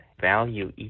value